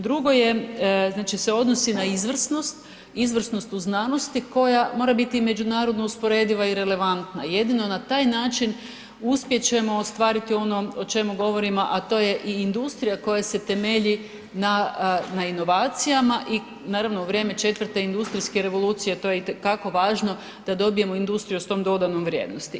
Drugo je, znači se odnosi na izvrsnost, izvrsnost u znanosti koja mora biti i međunarodno usporediva i relevantna, jedino na taj način uspjet ćemo ostvariti ono o čemu govorimo, a to je i industrija koja se temelji na inovacijama i naravno, vrijeme 4. industrijske revoluciju, to je i te kako važno da dobijemo industriju s tom dodanom vrijednosti.